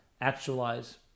actualize